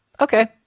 okay